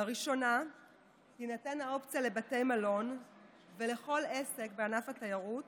לראשונה תינתן האופציה לבתי מלון ולכל עסק בענף התיירות